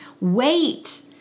wait